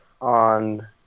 on